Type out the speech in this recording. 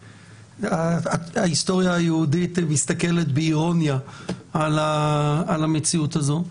ההיסטוריה היהודית מסתכלת באירוניה על המציאות הזו.